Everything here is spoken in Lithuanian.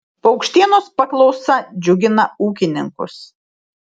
paukštienos paklausa džiugina ūkininkus